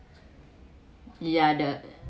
ya the